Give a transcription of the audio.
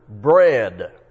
bread